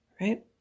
right